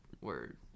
word